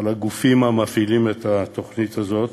על הגופים המפעילים את התוכנית הזאת.